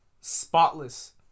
spotless